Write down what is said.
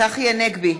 צחי הנגבי,